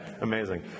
amazing